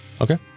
Okay